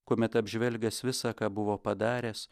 kuomet apžvelgęs visa ką buvo padaręs